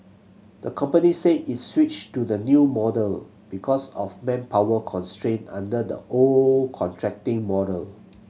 the company said it's switched to the new model because of manpower constraint under the old contracting model